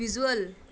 visual